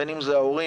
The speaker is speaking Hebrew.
בין אם זה ההורים,